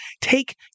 take